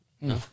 No